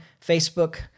Facebook